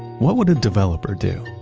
what would a developer do?